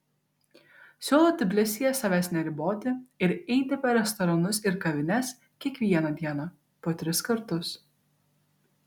siūlau tbilisyje savęs neriboti ir eiti per restoranus ir kavines kiekvieną dieną po tris kartus